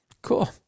Cool